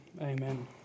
Amen